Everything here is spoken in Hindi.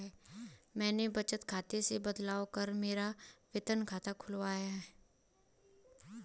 मैंने बचत खाते से बदलवा कर मेरा वेतन खाता खुलवा लिया था